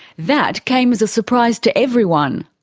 that came as a surprise to everyone.